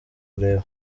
kureba